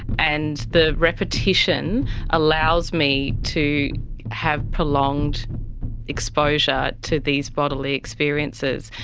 and the repetition allows me to have prolonged exposure to these bodily experiences,